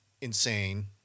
insane